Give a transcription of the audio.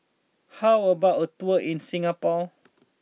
how about a tour in Singapore